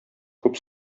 күп